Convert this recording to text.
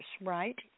right